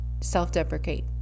self-deprecate